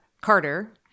Carter